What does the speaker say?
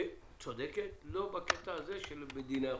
את צודקת, לא בקטע הזה של דיני החוזים.